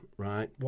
Right